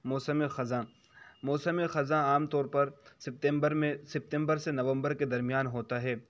موسم خزاں موسم خزاں عام طور پر سپتمبر میں سپتمبر سے نومبر کے درمیان ہوتا ہے